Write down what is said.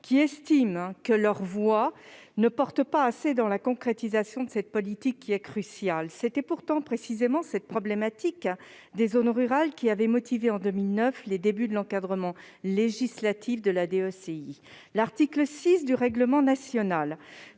estiment que leur voix ne porte pas assez dans la concrétisation de cette politique cruciale. Pourtant, c'est précisément la problématique des zones rurales qui a justifié, en 2009, le premier encadrement législatif de la DECI. L'article 6 du règlement national